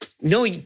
no